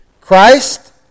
Christ